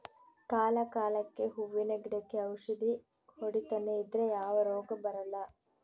ಕಾಲ ಕಾಲಕ್ಕೆಹೂವಿನ ಗಿಡಕ್ಕೆ ಔಷಧಿ ಹೊಡಿತನೆ ಇದ್ರೆ ಯಾವ ರೋಗ ಬರಲ್ಲ